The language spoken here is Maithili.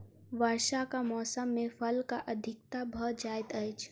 वर्षाक मौसम मे फलक अधिकता भ जाइत अछि